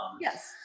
yes